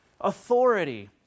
authority